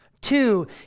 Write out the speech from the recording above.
Two